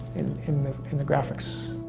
in the in the graphics.